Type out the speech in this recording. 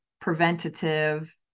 preventative